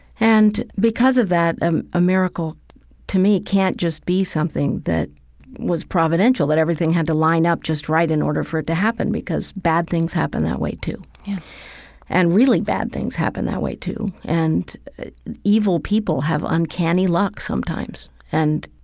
and because of that, ah a miracle to me can't just be something that was providential, that everything had to line up just right in order for it to happen, because bad things happen that way too yeah and really bad things happen that way too. and evil people have uncanny luck sometimes. and,